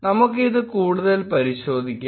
നമുക്ക് ഇത് കൂടുതൽ പരിശോധിക്കാം